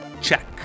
Check